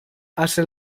hace